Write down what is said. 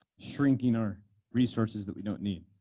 shrinking our resources that we don't need.